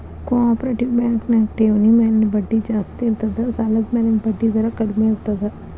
co operative bank ನ್ಯಾಗ ಠೆವ್ಣಿ ಮ್ಯಾಲಿನ್ ಬಡ್ಡಿ ಜಾಸ್ತಿ ಇರ್ತದ ಸಾಲದ್ಮ್ಯಾಲಿನ್ ಬಡ್ಡಿದರ ಕಡ್ಮೇರ್ತದ